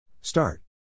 Start